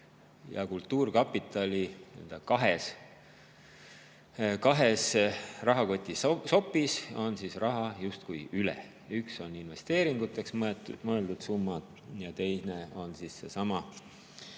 ja kultuurkapitali kahes rahakotisopis on raha justkui üle. Üks on investeeringuteks mõeldud summa ja teine on seesama